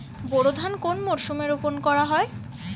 বোরো ধান কোন মরশুমে রোপণ করা হয়?